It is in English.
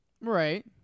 Right